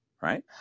Right